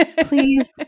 Please